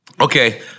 Okay